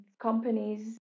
companies